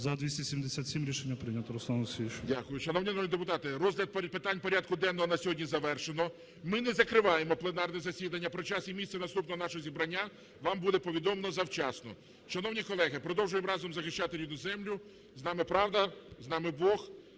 ГОЛОВУЮЧИЙ. Дякую. Шановні народні депутати, розгляд питань порядку денного на сьогодні завершено. Ми не закриваємо пленарне засідання. Про час і місце наступного нашого зібрання вам буде повідомлено завчасно. Шановні колеги, продовжуємо разом захищати рідну землю. З нами правда, з нами Бог!